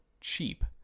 cheap